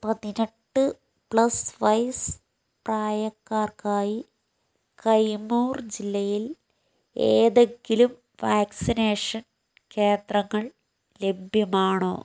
പതിനെട്ട് പ്ലസ് വയസ്സ് പ്രായക്കാർക്കായി കൈമൂർ ജില്ലയിൽ ഏതെങ്കിലും വാക്സിനേഷൻ കേന്ദ്രങ്ങൾ ലഭ്യമാണോ